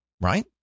Right